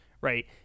right